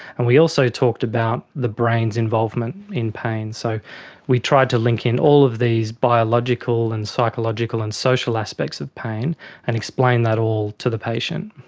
and we also talked about the brain's involvement in pain. so we tried to link in all of these biological and psychological and social aspects of pain and explain that all to the patient.